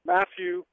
Matthew